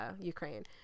Ukraine